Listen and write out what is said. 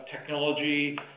technology